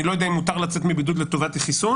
אני לא יודע אם מותר לצאת מבידוד לטובת חיסון,